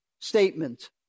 statement